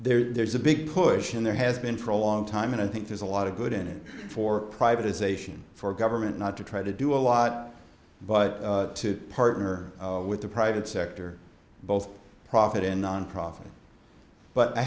now there's a big push and there has been for a long time and i think there's a lot of good in it for privatization for government not to try to do a lot but to partner with the private sector both profit in nonprofit but i